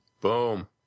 boom